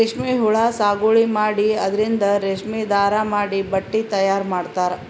ರೇಶ್ಮಿ ಹುಳಾ ಸಾಗುವಳಿ ಮಾಡಿ ಅದರಿಂದ್ ರೇಶ್ಮಿ ದಾರಾ ಮಾಡಿ ಬಟ್ಟಿ ತಯಾರ್ ಮಾಡ್ತರ್